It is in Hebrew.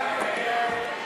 מפעלי משרד ראש הממשלה,